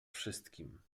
wszystkim